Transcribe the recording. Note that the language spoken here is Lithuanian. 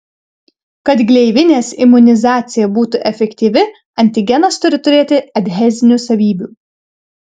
kad gleivinės imunizacija būtų efektyvi antigenas turi turėti adhezinių savybių